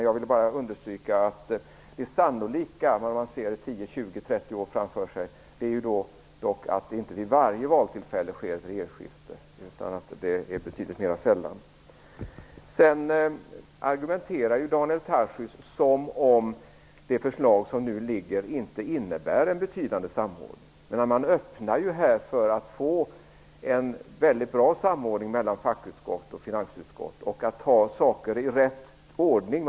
Jag vill bara understryka att det sannolika om man ser 10, 20 eller 30 år framåt är att det inte kommer att bli regeringsskifte vid varje val. Det sker betydligt mera sällan. Daniel Tarschys argumenterar som om det föreliggande förslaget inte innebär en betydande samordning. Man öppnar här för en mycket bra samordning mellan fackutskott och finansutskott. Man skall ta saker i rätt ordning.